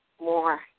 more